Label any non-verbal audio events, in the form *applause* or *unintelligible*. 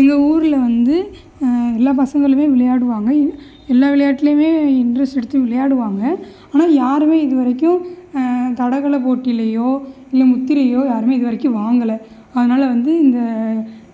எங்கள் ஊரில் வந்து எல்லா பசங்களுமே விளையாடுவாங்க *unintelligible* எல்லா விளையாட்லையுமே இன்ட்ரெஸ்ட் எடுத்து விளையாடுவாங்க ஆனால் யாருமே இது வரைக்கும் தடகள போட்டிலியோ இல்லை முத்திரியோ யாருமே இது வரைக்கும் வாங்கலை அதனால் வந்து இந்த